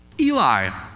Eli